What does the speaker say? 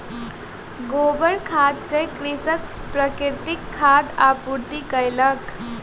गोबर खाद सॅ कृषक प्राकृतिक खादक आपूर्ति कयलक